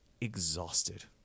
exhausted